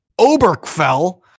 Oberkfell